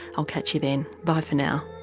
i'll catch you then. bye for now